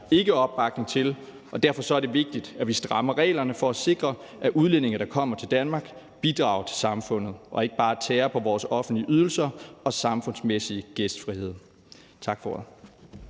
ikke opbakning til, og derfor er det vigtigt, at vi strammer reglerne for at sikre, at udlændinge, der kommer til Danmark, bidrager til samfundet og ikke bare tærer på vores offentlige ydelser og samfundsmæssige gæstfrihed. Tak for ordet.